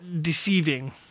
deceiving